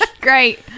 Great